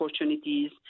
opportunities